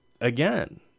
Again